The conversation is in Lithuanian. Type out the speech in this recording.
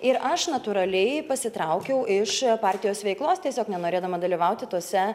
ir aš natūraliai pasitraukiau iš partijos veiklos tiesiog nenorėdama dalyvauti tuose